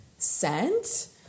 scent